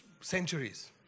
centuries